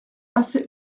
assez